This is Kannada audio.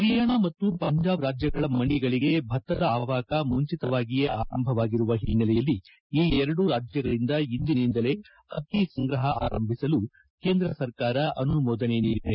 ಹರಿಯಾಣ ಮತ್ತು ಪಂಜಾಬ್ ರಾಜ್ಯಗಳ ಮಂಡಿಗಳಿಗೆ ಭತ್ತದ ಆವಾಕ ಮುಂಚಿತವಾಗಿಯೇ ಆರಂಭವಾಗಿರುವ ಹಿನ್ನೆಲೆಯಲ್ಲಿ ಈ ಎರಡೂ ರಾಜ್ಯಗಳಿಂದ ಇಂದಿನಿಂದಲೇ ಅಕ್ಕಿ ಸಂಗ್ರಹ ಆರಂಭಿಸಲು ಕೇಂದ್ರ ಸರ್ಕಾರ ಅನುಮೋದನೆ ನೀಡಿದೆ